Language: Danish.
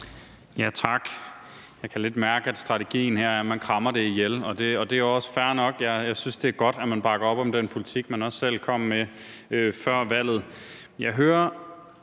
Tak. Jeg kan lidt mærke, at strategien her er, at man krammer det ihjel, og det er også fair nok. Jeg synes, det er godt, at man bakker op om den politik, man også selv kom med før valget. Jeg hører